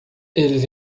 eles